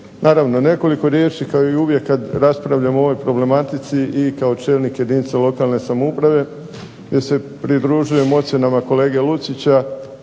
Naravno nekoliko riječi kao uvijek kad raspravljamo o ovoj problematici i kao čelnik jedinice lokalne samouprave se pridružujem ocjenama kolege Lucića,